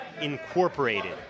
Incorporated